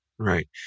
Right